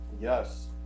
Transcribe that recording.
yes